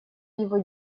его